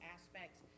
aspects